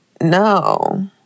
no